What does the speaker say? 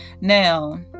Now